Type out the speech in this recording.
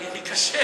יהיה לי קשה,